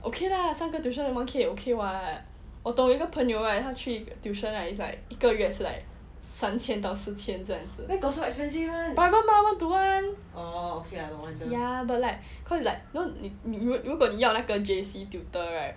okay lah 三个 tuition one K okay [what] 我懂一个朋友 right 他去 tuition right is like 一个月是 like 三千到四千这样子 private mah one to one ya but like cause it's like 如果你要那个 J_C tutor right